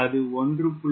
அது 1